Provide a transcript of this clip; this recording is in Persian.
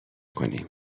کنیم